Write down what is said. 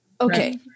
okay